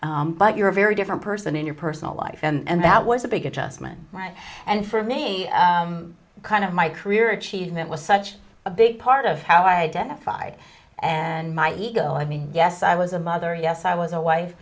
but you're a very different person in your personal life and that was a big adjustment right and for me kind of my career achievement was such a big part of how i identified and my ego i mean yes i was a mother yes i was a wife